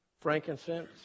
frankincense